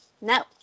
no